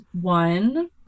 one